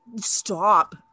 stop